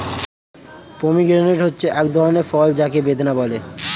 pomegranate হচ্ছে এক ধরনের ফল যাকে বেদানা বলে